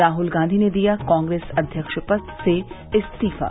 राहुल गांधी ने दिया कांग्रेस अध्यक्ष पद से इस्तीफा